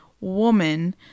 woman